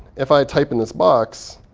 if i type in this box,